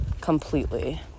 completely